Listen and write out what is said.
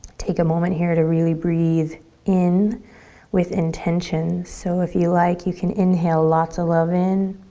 take a moment here to really breathe in with intention. so, if you like, you can inhale lots of love in.